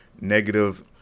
negative